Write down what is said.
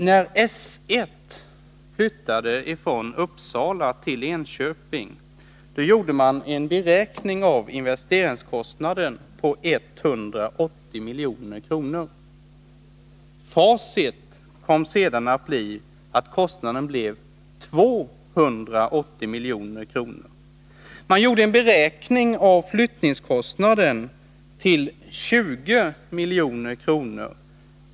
När § I flyttade från Uppsala till Enköping beräknade man investeringskostnaden till 180 milj.kr. Kostnaden blev 280 milj.kr. Man gjorde en beräkning av flyttningskostnaden till 20 milj.kr.